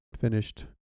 finished